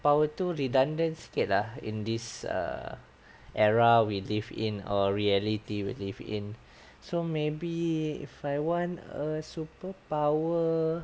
power tu redundant sikit lah in this err era we live in or reality we live in so maybe if I want a superpower